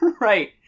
Right